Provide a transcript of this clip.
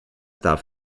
darf